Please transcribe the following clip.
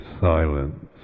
silence